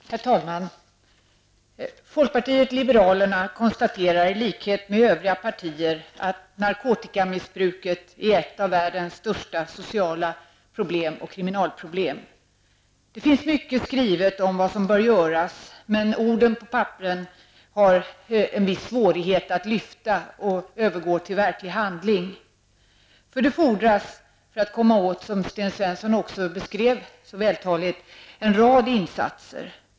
Herr talman! Folkpartiet liberalerna konstaterar i likhet med övriga partier att narkotikamissbruket är ett av världens största sociala problem och kriminalproblem. Det finns mycket skrivet om vad som bör göras, men ord på papper har en viss svårighet att lyfta och övergå till verklig handling. Som Sten Svensson nyss så vältaligt skrev fordras en rad insatser.